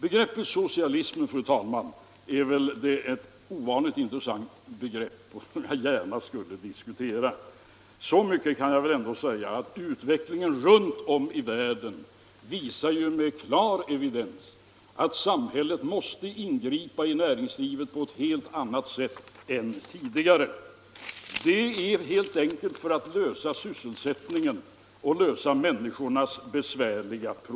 Begreppet ”socialismen” är väl, fru talman, ovanligt intressant, och jag skulle gärna diskutera det. Så mycket kan jag säga att utvecklingen runt om i världen med klar evidens visar att samhället måste ingripa i näringslivet på ett helt annat sätt än tidigare för att klara sysselsättningen och andra besvärliga problem för människorna.